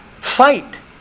fight